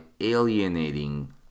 alienating